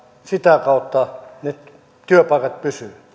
sitä kautta ne työpaikat pysyvät